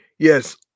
Yes